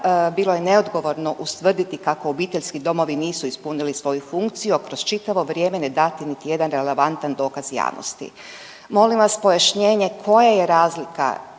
bilo je neodgovorno ustvrditi kako obiteljski domovi nisu ispunili svoju funkciju, a kroz čitavo vrijeme ne dati niti jedan relevantan dokaz javnosti. Molim vas pojašnjenje koja je razlika